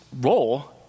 role